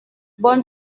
bonne